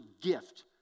gift